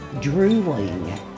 drooling